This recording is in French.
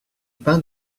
pain